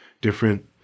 different